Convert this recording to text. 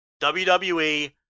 WWE